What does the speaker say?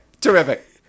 terrific